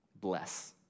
bless